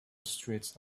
streets